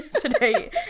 today